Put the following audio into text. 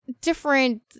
different